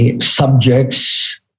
subjects